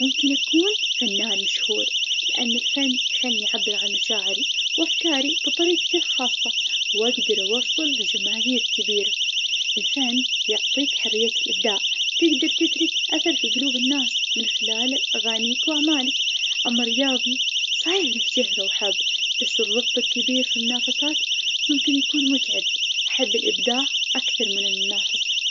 ممكن يكون فنان مشهور, لأن الفن يخلني عبر عن مشاعري وأفكاري بطريقتي الخاصة, وأقدر أوصل لجماهير كبيرة, الفن يعطيك حرية الإبداع, تقدر تترك أثر في قلوب الناس, خلال أغانيك وأعمالك, أما رياضي, صحيح له شهرة وحب, بس الضغط الكبير في المنافسات, ممكن يكون متعب, أحب الإبداع أكثر من المنافسة.